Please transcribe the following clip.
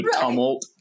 tumult